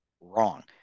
wrong